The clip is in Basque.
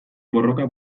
borroka